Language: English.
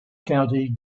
county